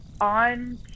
on